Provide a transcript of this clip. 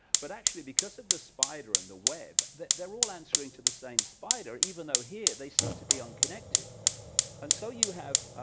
but actually, because of the spider in the web, they're all answering to the same spider even though here, they seem to be unconnected and so you have,